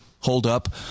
holdup